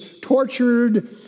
tortured